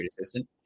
assistant